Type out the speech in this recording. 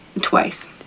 Twice